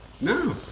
no